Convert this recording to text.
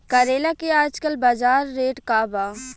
करेला के आजकल बजार रेट का बा?